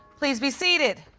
please be seated.